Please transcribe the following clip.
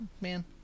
man